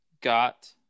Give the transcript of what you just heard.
got